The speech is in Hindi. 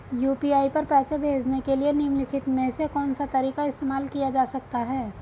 यू.पी.आई पर पैसे भेजने के लिए निम्नलिखित में से कौन सा तरीका इस्तेमाल किया जा सकता है?